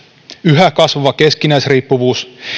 yhä kasvava keskinäisriippuvuus